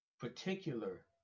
particular